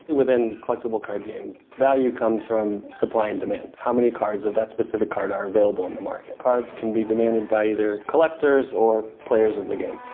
with any collectible card games, value comes from supply and demand. how many cards of that specific card are available on the market? cards can be demanded by either collectors or players of the game.